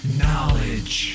knowledge